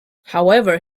however